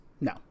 No